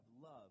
love